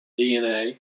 DNA